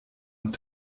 und